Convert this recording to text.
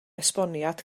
esboniad